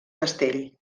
castell